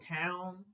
town